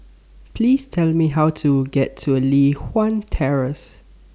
Please Tell Me How to get to Li Hwan Terrace